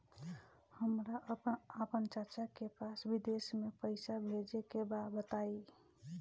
हमरा आपन चाचा के पास विदेश में पइसा भेजे के बा बताई